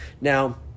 Now